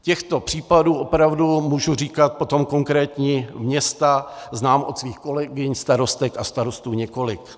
Těchto případů opravdu, můžu říkat potom konkrétní města, znám od svých kolegyň starostek a starostů několik.